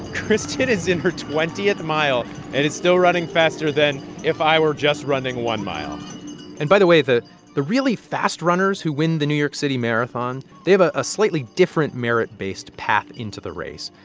kristen is in her twentieth mile and is still running faster than if i were just running one mile and by the way, the the really fast runners who win the new york city marathon they have a ah slightly different merit-based path into the race.